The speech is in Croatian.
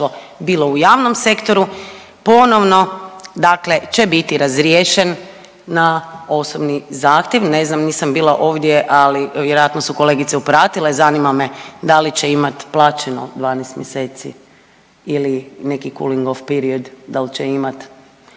bilo u javnom sektoru, ponovno dakle će biti razriješen na osobni zahtjev. Ne znam, nisam bila ovdje, ali vjerojatno su kolegice upratile, zanima me da li će imat plaćeno 12 mjeseci ili neki …/Govornik se ne razumije/…period dal će imat,